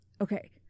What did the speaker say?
okay